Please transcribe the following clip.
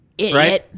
right